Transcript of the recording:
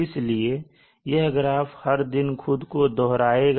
इसलिए यह ग्राफ हर दिन खुद को दोहरा आएगा